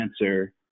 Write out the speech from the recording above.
answer